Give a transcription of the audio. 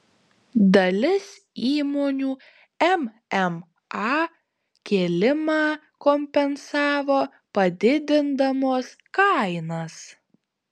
dalis įmonių mma kėlimą kompensavo padidindamos kainas